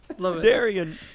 Darian